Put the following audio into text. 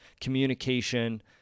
communication